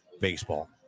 baseball